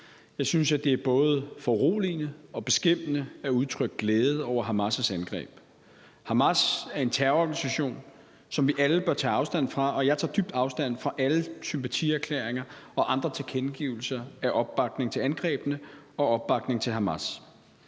Jeg synes, det er både foruroligende og beskæmmende, at nogle udtrykker glæde over Hamas' angreb. Hamas er en terrororganisation, som vi alle bør tage afstand fra, og jeg tager dyb afstand fra alle sympatierklæringer og andre tilkendegivelser om opbakning til angrebene og opbakning til Hamas.